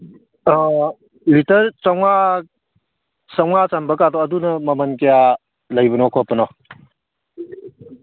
litre ꯆꯥꯝꯃꯉꯥ ꯆꯥꯝꯃꯉꯥ ꯆꯟꯕꯒꯥꯗꯣ ꯑꯗꯨꯅ ꯃꯃꯟ ꯀꯌꯥ ꯂꯩꯕꯅꯣ ꯈꯣꯠꯄꯅꯣ